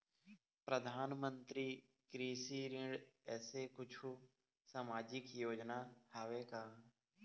परधानमंतरी कृषि ऋण ऐसे कुछू सामाजिक योजना हावे का?